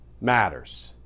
matters